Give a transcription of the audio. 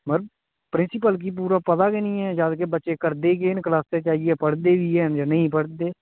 principal गी पूरा पता गै नी ऐ जद् कि बच्चे करदे केह् न क्लासै च आइयै पढ़दे बी हैन कि नेईं पढ़दे